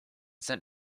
sent